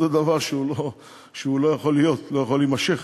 זה דבר שלא יכול להיות, לא יכול להימשך.